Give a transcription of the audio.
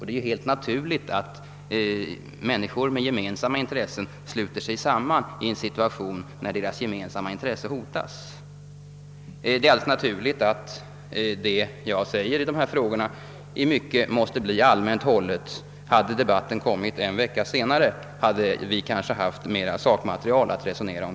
Det är helt naturligt att människor med gemensamma intressen sluter sig samman i ett läge där dessa intressen hotas. Vad jag säger i dessa frågor måste tyvärr i mycket bli allmänt hållet. Hade debatten kommit en vecka senare, hade vi kanske haft mera sakmaterial att resonera om.